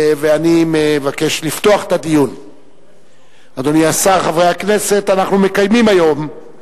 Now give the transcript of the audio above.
הצעות לסדר-היום מס' 4870, 4934, 4936, 4937,